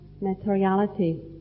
materiality